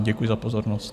Děkuji za pozornost.